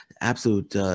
Absolute